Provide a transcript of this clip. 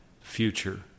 future